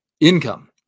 Income